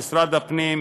משרד הפנים,